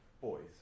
boys